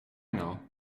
know